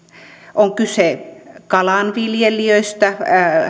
on kyse muun muassa kalanviljelijöistä